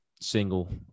single